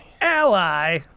Ally